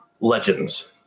legends